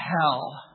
hell